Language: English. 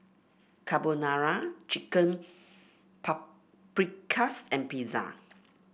Carbonara Chicken Paprikas and Pizza